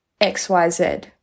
XYZ